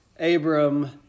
Abram